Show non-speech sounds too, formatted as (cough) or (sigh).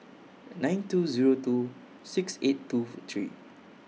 nine two Zero two six eight two (unintelligible) three